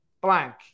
blank